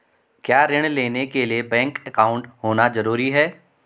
क्या ऋण लेने के लिए बैंक अकाउंट होना ज़रूरी है?